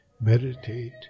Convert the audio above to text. meditate